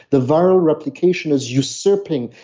the viral replication is you sapping.